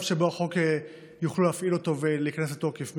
שבו יוכלו להפעיל את החוק והוא ייכנס לתוקף,